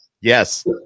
yes